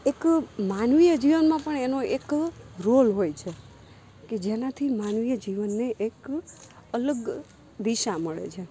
એક માનવીય જીવનમાં પણ એનો એક રોલ હોય છે કે જેનાથી માનવીય જીવનને એક અલગ દિશા મળે છે